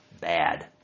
bad